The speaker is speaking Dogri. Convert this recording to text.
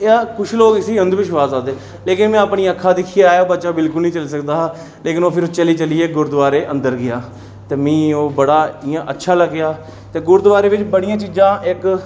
एह् ऐ किश लोग इसी अंध विश्वास आखदे लेकिन में अपनी अक्खां दिक्खियै आया बच्चा बिल्कुल निं चली सकदा हा लेकिन ओह् फ्ही चली चलियै गुरूद्वारे अंदर गेआ ते मी ओह् बड़ा इ'यां अच्छा लग्गेआ ते गुरुद्वारे बिच बड़ियां चीजां इक